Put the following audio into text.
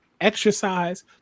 exercise